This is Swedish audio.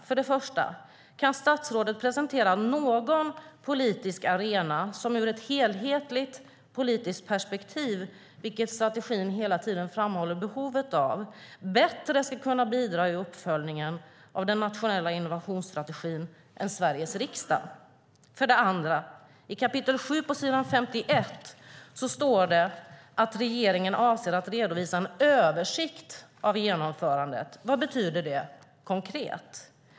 För det första: Kan statsrådet presentera någon politisk arena som ur ett politiskt helhetsperspektiv, vilket strategin hela tiden framhåller behovet av, bättre ska kunna bidra i uppföljningen av den nationella innovationsstrategin än Sveriges riksdag? För det andra: I kapitel 7 på s. 51 står det att regeringen avser att redovisa en översikt av genomförandet. Vad betyder det konkret?